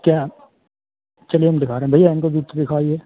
क्या चलिए हम दिखा रहें भैया इनको जूते दिखाओ ये